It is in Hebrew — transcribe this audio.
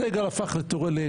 סגל הפך לטור זהב.